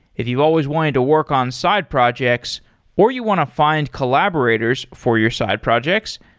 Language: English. if you've always wanted to work on side projects or you want to find collaborators for your side projects,